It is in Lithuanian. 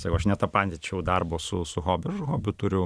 sakau aš netapandyčiau darbo su su hobiu aš hobių turiu